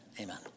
Amen